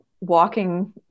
walking